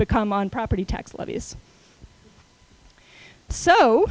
become on property tax levies so